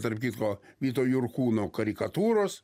tarp kitko vyto jurkūno karikatūros